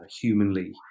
humanly